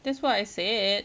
that's what I said